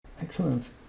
Excellent